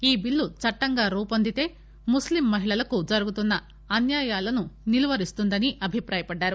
ఈ బిల్లు చట్టంగా రూహొందితే ముస్లిం మహిళలకు జరుగుతున్న అన్యాయాలను నిలువరిస్తుందని అభిప్రాయపడ్డారు